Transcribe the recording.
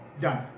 Done